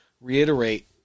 reiterate